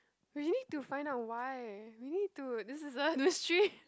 we need to find out why we need to this is a mystery